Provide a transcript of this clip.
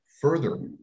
further